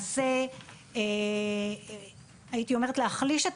למעשה, הייתי אומרת, להחליש את